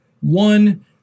one